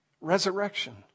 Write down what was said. resurrection